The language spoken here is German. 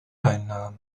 einnahm